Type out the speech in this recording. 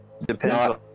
Depends